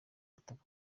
butaka